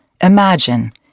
Imagine